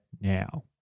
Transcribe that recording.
now